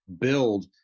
build